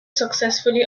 successfully